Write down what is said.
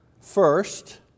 first